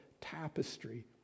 tapestry